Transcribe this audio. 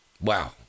Wow